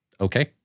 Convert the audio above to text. okay